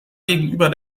gegenüber